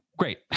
great